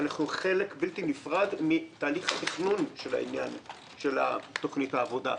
אנחנו חלק בלתי נפרד מתהליך התכנון של תוכנית העבודה,